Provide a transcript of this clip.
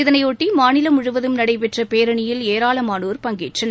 இதனை பொட்டி மாநிலம் முழுவதும் நடைபெற்ற பேரணியில் ஏராளமானோர் பங்கேற்றனர்